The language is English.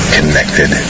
Connected